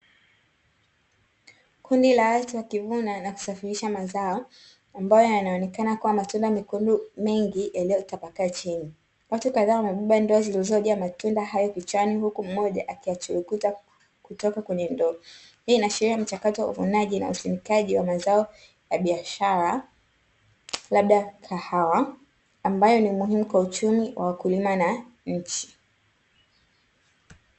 Kundi la watu wakivuna na kusafirisha mazao ambayo yanaonekana kuwa matunda mekundu mengi yaliyotapakaa chini, watu kadhaa wamebeba ndoo zilizojaa matunda hayo vichwani huku mmoja akiyachurukuta kutoka kwenye ndoo. Hii inaashiria mchakato wa uvunaji na usindikaji wa mazao ya biashara, labda kahawa ambayo ni muhimu kwa uchumi wa wakulima na nchi.